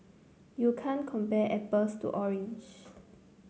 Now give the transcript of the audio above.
you can't compare apples to orange